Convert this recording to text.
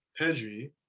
Pedri